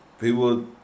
People